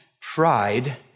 Pride